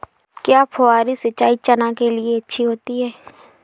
क्या फुहारी सिंचाई चना के लिए अच्छी होती है?